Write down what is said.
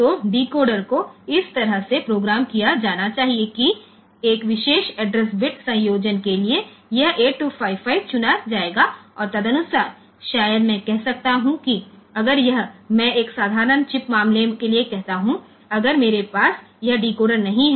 तो डिकोडर को इस तरह से प्रोग्राम किया जाना चाहिए कि एक विशेष एड्रेस बिट संयोजन के लिए यह 8255 चुना जाएगा और तदनुसार शायद मैं कह सकता हूं कि अगर यह मैं एक साधारण चिप मामले के लिए कहता हूं अगर मेरे पास यह डिकोडर नहीं है